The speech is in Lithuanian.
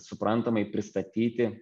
suprantamai pristatyti